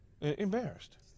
Embarrassed